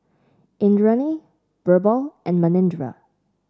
Indranee BirbaL and Manindra